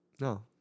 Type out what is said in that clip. No